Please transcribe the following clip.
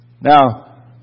Now